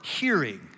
hearing